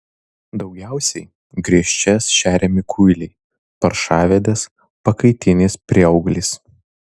daugiausiai griežčiais šeriami kuiliai paršavedės pakaitinis prieauglis